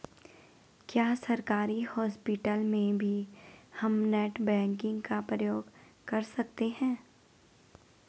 क्या सरकारी हॉस्पिटल में भी हम नेट बैंकिंग का प्रयोग कर सकते हैं?